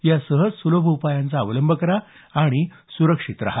या सहज सुलभ उपायांचा अवलंब करा आणि सुरक्षित रहा